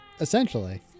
Essentially